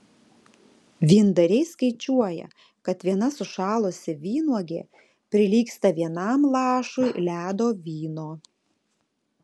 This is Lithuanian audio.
vyndariai skaičiuoja kad viena sušalusi vynuogė prilygsta vienam lašui ledo vyno